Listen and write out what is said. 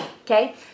Okay